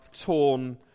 torn